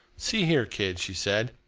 see here, kid she said,